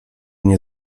nie